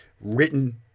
written